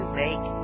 make